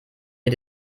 ihr